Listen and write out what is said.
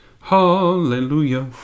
Hallelujah